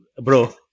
Bro